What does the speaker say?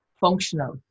functional